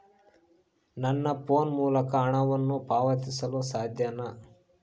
ನನ್ನ ಫೋನ್ ಮೂಲಕ ಹಣವನ್ನು ಪಾವತಿಸಲು ಸಾಧ್ಯನಾ?